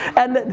and